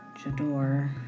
Jador